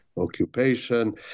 Occupation